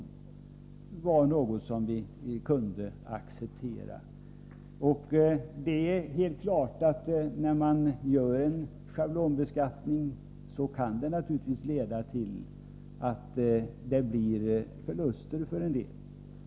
Vi ansåg att det var något som vi kunde acceptera. ; Det är helt klart att en schablonbeskattning kan leda till förluster för en del.